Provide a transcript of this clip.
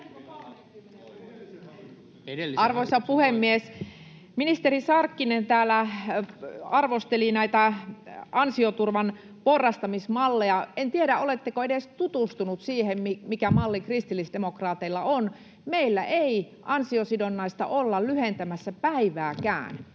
Arvoisa puhemies! Ministeri Sarkkinen täällä arvosteli näitä ansioturvan porrastamismalleja. En tiedä, oletteko edes tutustunut siihen, mikä malli kristillisdemokraateilla on. Meillä ei ansiosidonnaista olla lyhentämässä päivääkään.